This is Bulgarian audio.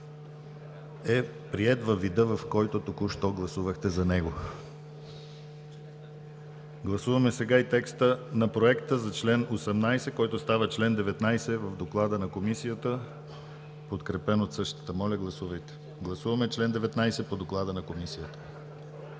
е приет във вида, в който току-що гласувахте за него. Сега гласуваме и текста на Проекта за чл. 18, който става чл. 19 в доклада на Комисията, подкрепен от същата. Гласуваме чл. 19 по доклада на Комисията.